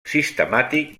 sistemàtic